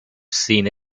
seen